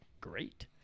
great